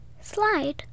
slide